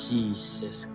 Jesus